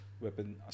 weapon